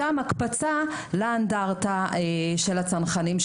משמעון הצדיק עוד הקפצה לאנדרטה של הצנחנים,